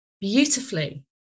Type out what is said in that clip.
beautifully